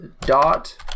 Dot